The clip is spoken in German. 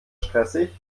stressig